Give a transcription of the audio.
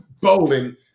bowling